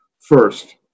First